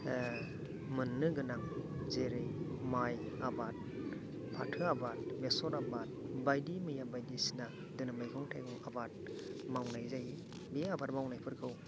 मोन्नो गोनां जेरै माइ आबाद फाथो आबाद बेसर आबाद बायदि मैया बायदि सिना बिदिनो मैगं थाइगं आबाद मावनाय जायो बे आबाद मावनायफोरखौ